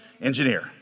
Engineer